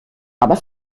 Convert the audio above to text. aber